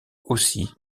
aussi